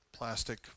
plastic